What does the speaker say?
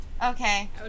Okay